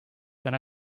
then